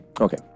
Okay